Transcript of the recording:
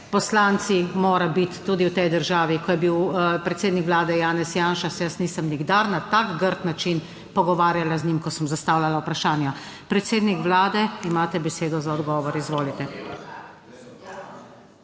poslanci, pa mora biti tudi v tej državi. Ko je bil predsednik Vlade Janez Janša, se jaz nisem nikdar na tak grd način pogovarjala z njim, ko sem zastavljala vprašanja. Predsednik Vlade, imate besedo za odgovor. Izvolite.